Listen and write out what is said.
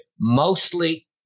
mostly